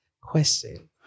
question